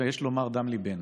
יש לומר דם ליבנו.